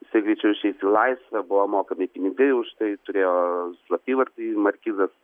jisai greičiau išeis į laisvę buvo mokami pinigai už tai turėjo slapyvardį markizas